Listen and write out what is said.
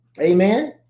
Amen